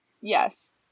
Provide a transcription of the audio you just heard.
Yes